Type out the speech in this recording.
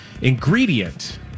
ingredient